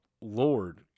Lord